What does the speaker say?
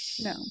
no